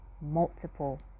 multiple